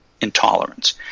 intolerance